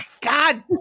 God